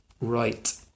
right